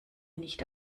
nicht